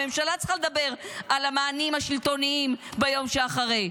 הממשלה צריכה לדבר על המענים השלטוניים ביום שאחרי.